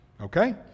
okay